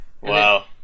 Wow